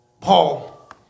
Paul